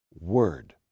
word